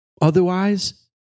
Otherwise